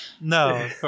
No